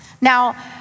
Now